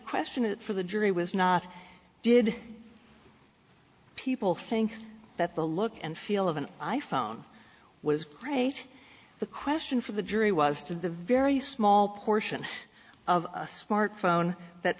question is for the jury was not did people think that the look and feel of an i phone was great the question for the jury was to the very small portion of a smart phone that